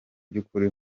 by’ukuri